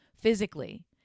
physically